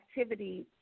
activity